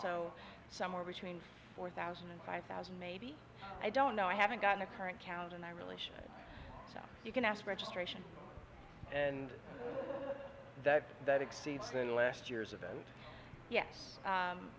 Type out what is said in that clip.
so somewhere between four thousand and five thousand maybe i don't know i haven't gotten a current count and i really should so you can ask registration and that's that exceeds in last year's event yes